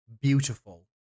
beautiful